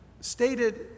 stated